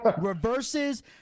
Reverses